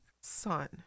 son